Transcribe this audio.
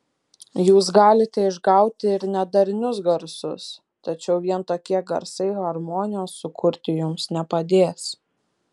jūs galite išgauti ir nedarnius garsus tačiau vien tokie garsai harmonijos sukurti jums nepadės